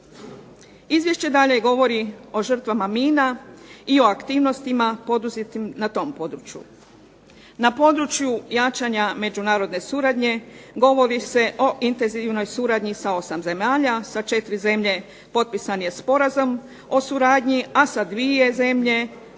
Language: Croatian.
Izvješće dalje govori o žrtvama mina i o aktivnostima poduzetim na tom području. Na području jačanja međunarodne suradnje govori se o intenzivnoj suradnji sa 8 zemalja. Sa 4 zemlje potpisan je sporazum o suradnji, a sa dvije zemlje